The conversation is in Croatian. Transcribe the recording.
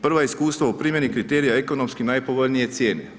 Prva iskustva u primjeni kriterija ekonomski najpovoljnije cijene.